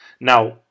Now